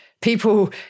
People